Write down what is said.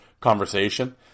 conversation